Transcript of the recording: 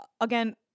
again